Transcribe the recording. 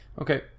Okay